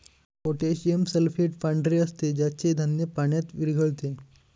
potassium sulphate पांढरे असते ज्याचे धान्य पाण्यात विरघळते